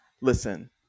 Listen